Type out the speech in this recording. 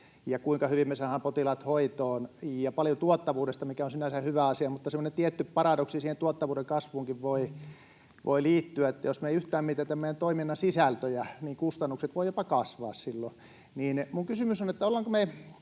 ja kuinka hyvin me saadaan potilaat hoitoon, ja paljon tuottavuudesta, mikä on sinänsä hyvä asia, mutta semmoinen tietty paradoksi siihen tuottavuuden kasvuunkin voi liittyä, että jos me ei yhtään mietitä meidän toimintamme sisältöjä, niin kustannukset voivat jopa kasvaa silloin. Minun kysymykseni on, että kuinka